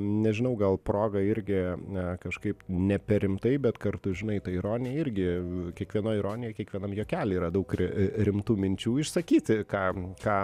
nežinau gal proga irgi e kažkaip ne per rimtai bet kartu žinai ta ironija irgi kiekvienoj ironijoj kiekvienam juokely yra daug ri rimtų minčių išsakyti kam ką